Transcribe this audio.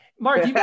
Mark